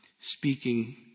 speaking